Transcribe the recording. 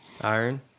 Iron